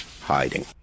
hiding